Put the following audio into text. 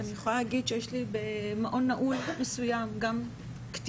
אני יכולה להגיד שיש לי במעון נעול מסוים גם קטינות,